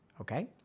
Okay